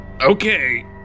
okay